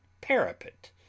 Parapet